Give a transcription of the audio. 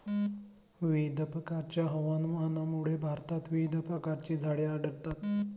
विविध प्रकारच्या हवामानामुळे भारतात विविध प्रकारची झाडे आढळतात